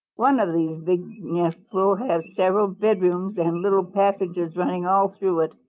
one of these big nests will have several bedrooms and little passages running all through it.